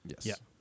Yes